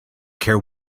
care